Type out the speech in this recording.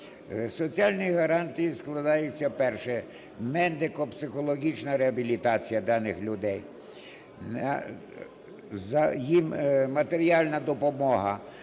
Соціальні гарантії складаються: перше – медико-психологічна реабілітація даних людей; їм матеріальна допомога,